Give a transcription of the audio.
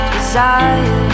Desire